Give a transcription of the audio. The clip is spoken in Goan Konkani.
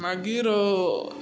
मागीर